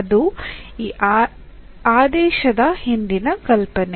ಅದು ಈ ಆದೇಶದ ಹಿಂದಿನ ಕಲ್ಪನೆ